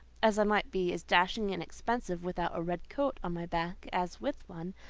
as i might be as dashing and expensive without a red coat on my back as with one,